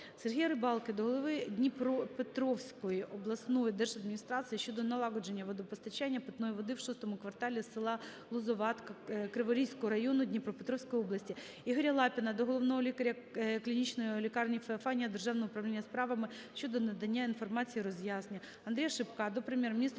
Сергія Рибалки до голови Дніпропетровської обласної держадміністрації щодо налагодження водопостачання питної води в шостому кварталі села Лозуватка Криворізького району Дніпропетровської області. Ігоря Лапіна до головного лікаря Клінічної лікарні "Феофанія" Державного управління справами щодо надання інформації і роз'яснення. Андрія Шипка до Прем'єр-міністра